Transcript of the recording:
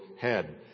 head